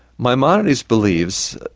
maimonides believes.